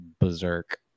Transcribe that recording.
berserk